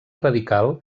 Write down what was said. radical